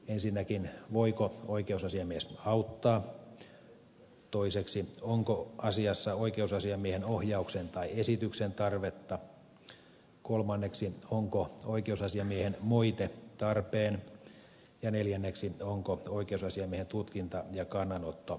ensinnäkin voiko oikeusasiamies auttaa toiseksi onko asiassa oikeusasiamiehen ohjauksen tai esityksen tarvetta kolmanneksi onko oikeusasiamiehen moite tarpeen ja neljänneksi onko oikeusasiamiehen tutkinta ja kannanotto muuten tarpeen